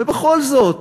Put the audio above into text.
ובכל זאת